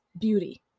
beauty